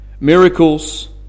miracles